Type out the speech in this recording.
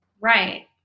Right